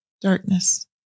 darkness